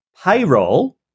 Payroll